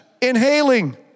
Inhaling